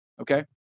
okay